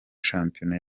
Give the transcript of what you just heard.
shampiyona